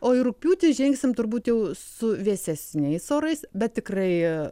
o į rugpjūtį įžengsim turbūt jau su vėsesniais orais bet tikrai